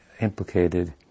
implicated